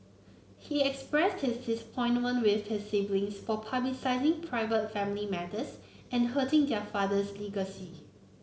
he expressed his disappointment with his siblings for publicising private family matters and hurting their father's legacy